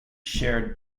shared